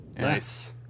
nice